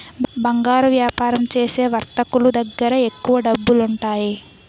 బంగారు వ్యాపారం చేసే వర్తకులు దగ్గర ఎక్కువ డబ్బులుంటాయి